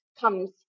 comes